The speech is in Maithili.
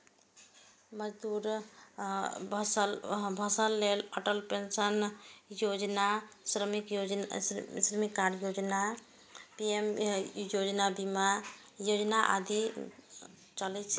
मजदूर सभक लेल अटल पेंशन योजना, श्रम कार्ड योजना, पीएम सुरक्षा बीमा योजना आदि चलै छै